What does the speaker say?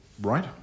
Right